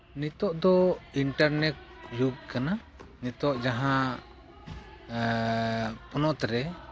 ᱱᱤᱛᱳᱜ ᱫᱚ ᱤᱱᱴᱟᱨᱱᱮᱴ ᱡᱩᱜᱽ ᱠᱟᱱᱟ ᱱᱤᱛᱳᱜ ᱡᱟᱦᱟᱸ ᱯᱚᱱᱚᱛᱨᱮ